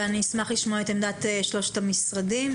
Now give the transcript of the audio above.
ואני אשמח לשמוע את עמדת שלושת המשרדים.